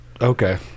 okay